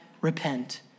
repent